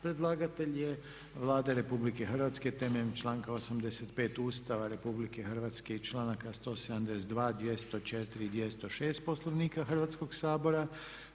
Predlagatelj je Vlada RH temeljem članka 85. Ustava RH i članaka 172, 204, 206 Poslovnika Hrvatskog sabora.